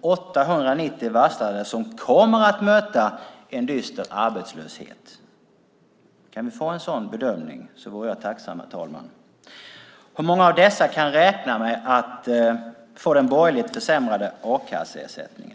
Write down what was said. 890 varslade som kommer att möta en dyster arbetslöshet? Om vi kunde få en sådan bedömning vore jag tacksam. Hur många av dessa kan räkna med att få den borgerligt försämrade a-kasseersättningen?